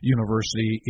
University